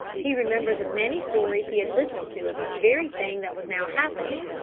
he remembered the many stories he had listened to of this very thing that was now happening,